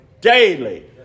daily